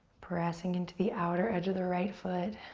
pressing into the outer edge of the right foot.